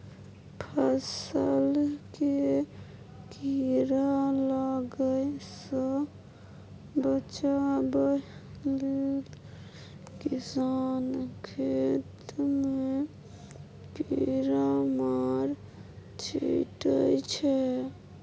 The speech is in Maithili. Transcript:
फसल केँ कीड़ा लागय सँ बचाबय लेल किसान खेत मे कीरामार छीटय छै